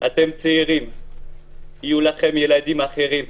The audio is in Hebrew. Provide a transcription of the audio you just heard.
אתם צעירים, יהיו לכם ילדים אחרים,